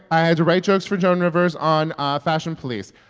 i had to write jokes for joan rivers on ah fashion police.